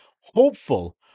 hopeful